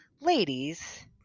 ladies